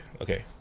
okay